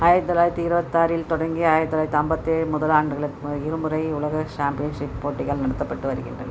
ஆயிரத்தி தொள்ளாயிரத்தி இருபத்தி ஆறில் தொடங்கி ஆயிரத்தி தொள்ளாயிரத்தி ஐம்பத்தி ஏழு முதல் ஆண்டுக்கு இருமுறை உலக சாம்பியன்ஷிப் போட்டிகள் நடத்தப்பட்டு வருகின்றன